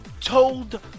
told